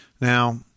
Now